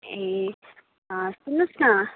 ए अँ सन्नुहोस् न